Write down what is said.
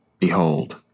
Behold